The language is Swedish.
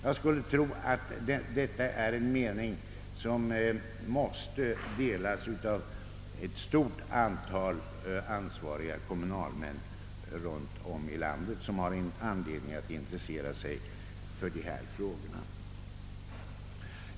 Jag tror att denna mening delas av ett stort antal ansvariga kommwunalmän i landet som intresserar sig för dessa frågor.